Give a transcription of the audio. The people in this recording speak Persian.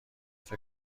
فکر